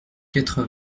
quatre